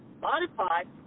modified